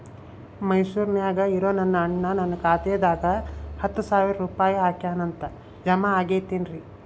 ಮೈಸೂರ್ ನ್ಯಾಗ್ ಇರೋ ನನ್ನ ಅಣ್ಣ ನನ್ನ ಖಾತೆದಾಗ್ ಹತ್ತು ಸಾವಿರ ರೂಪಾಯಿ ಹಾಕ್ಯಾನ್ ಅಂತ, ಜಮಾ ಆಗೈತೇನ್ರೇ?